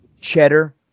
cheddar